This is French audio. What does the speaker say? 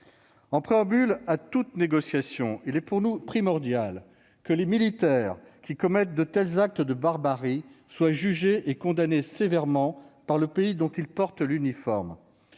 En préambule à toute négociation, il est pour nous primordial que les militaires qui commettent de tels actes de barbarie soient jugés et condamnés sévèrement par le pays dont ils portent l'uniforme.